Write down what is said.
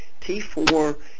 T4